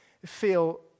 feel